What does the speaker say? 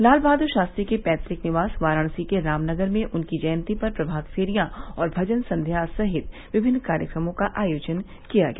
लाल बहादुर शास्त्री के पैतक निवास वारणसी के रामनगर में उनकी जयंती पर प्रभात फेरियां और भजन संध्या सहित विभिन्न कार्यक्रमों का आयोजन किया गया